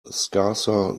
scarcer